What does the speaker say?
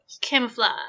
Camouflage